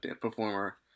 performer